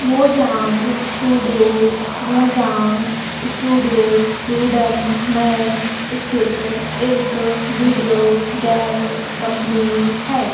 Mojang studios Mojang studios Sweden में इस्थित एक वीडियो गेम कम्पनी है